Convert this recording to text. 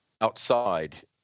outside